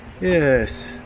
Yes